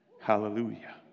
Hallelujah